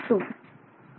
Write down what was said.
22